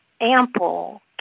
ample